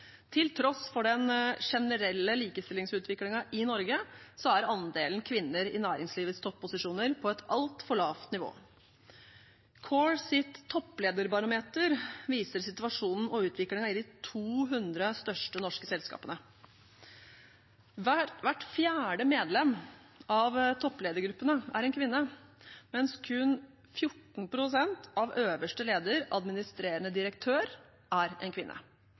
Til tross for den generelle likestillingsutviklingen i Norge er andelen kvinner i næringslivets topposisjoner på et altfor lavt nivå. COREs topplederbarometer viser situasjonen og utviklingen i de 200 største norske selskapene. Hvert fjerde medlem av toppledergruppene er en kvinne, mens kun 14 pst. av øverste leder, administrerende direktør, er en kvinne.